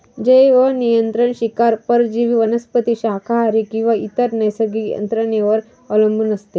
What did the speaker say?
जैवनियंत्रण शिकार परजीवी वनस्पती शाकाहारी किंवा इतर नैसर्गिक यंत्रणेवर अवलंबून असते